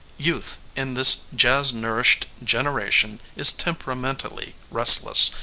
youth in this jazz-nourished generation is temperamentally restless,